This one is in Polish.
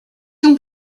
się